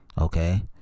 okay